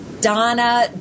Donna